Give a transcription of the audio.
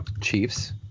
Chiefs